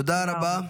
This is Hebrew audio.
תודה רבה.